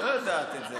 את לא יודעת את זה.